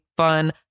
Fun